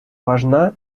важна